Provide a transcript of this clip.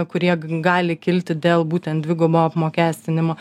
kurie gali kilti dėl būtent dvigubo apmokestinimo